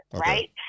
right